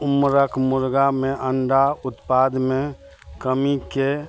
उम्रक मुर्गामे अण्डा उत्पादमे कमीके